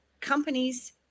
companies